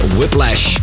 Whiplash